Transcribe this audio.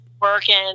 working